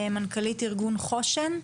מנכ"לית ארגון חוש"ן.